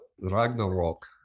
Ragnarok